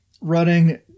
running